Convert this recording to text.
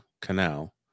canal